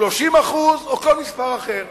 30% או כל מספר אחר?